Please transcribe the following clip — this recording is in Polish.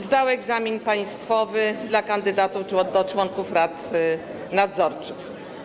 Zdał egzamin państwowy dla kandydatów na członków rad nadzorczych.